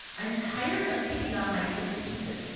i'm tired of picking up my kid's pieces.